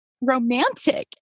romantic